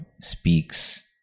speaks